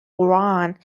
quran